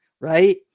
right